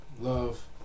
Love